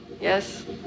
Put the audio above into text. Yes